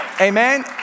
Amen